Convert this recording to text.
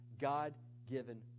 God-given